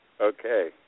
Okay